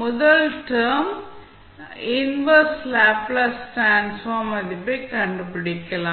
முதல் term inverse Laplace transform மதிப்பை கண்டுபிடிக்கலாம்